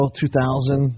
2000